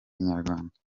inyarwanda